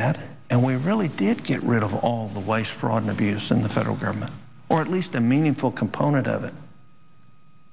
had and we really did get rid of all the waste fraud and abuse in the federal government or at least a meaningful component of it